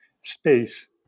space